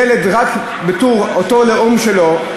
ילד רק בתור אותו לאום שלו,